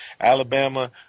Alabama